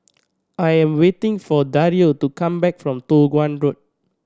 I am waiting for Dario to come back from Toh Guan Road